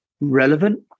relevant